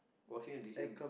washing the dishes is